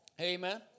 Amen